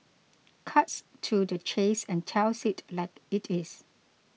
cuts to the chase and tells it like it is